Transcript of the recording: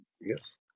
Yes